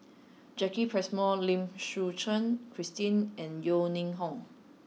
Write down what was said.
Jacki Passmore Lim Suchen Christine and Yeo Ning Hong